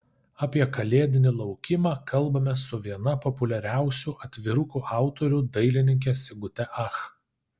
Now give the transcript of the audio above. apie kalėdinį laukimą kalbamės su viena populiariausių atvirukų autorių dailininke sigute ach